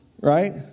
Right